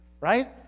Right